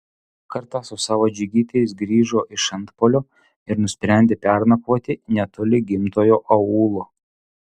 kartą su savo džigitais grįžo iš antpuolio ir nusprendė pernakvoti netoli gimtojo aūlo